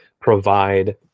provide